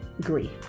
grief